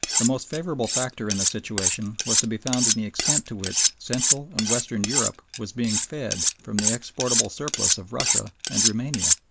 the most favorable factor in the situation was to be found in the extent to which central and western europe was being fed from the exportable surplus of russia and roumania.